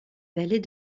vallée